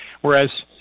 whereas